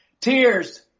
tears